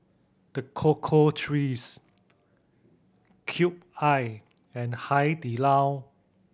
The Cocoa Trees Cube I and Hai Di Lao